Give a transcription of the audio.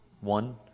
One